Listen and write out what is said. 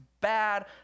bad